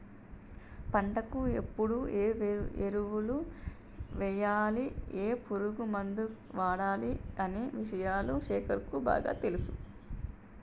పంటకు ఎప్పుడు ఏ ఎరువులు వేయాలి ఏ పురుగు మందు వాడాలి అనే విషయాలు శేఖర్ కు బాగా తెలుసు